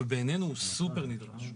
ובעינינו הוא סופר-נדרש,